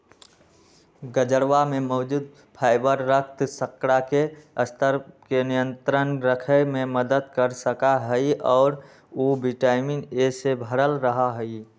गजरवा में मौजूद फाइबर रक्त शर्करा के स्तर के नियंत्रण रखे में मदद कर सका हई और उ विटामिन ए से भरल रहा हई